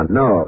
no